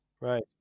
right